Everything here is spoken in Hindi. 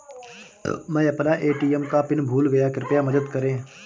मै अपना ए.टी.एम का पिन भूल गया कृपया मदद करें